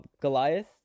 Goliath